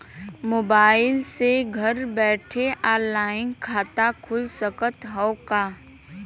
Mobile से घर बैठे ऑनलाइन खाता खुल सकत हव का?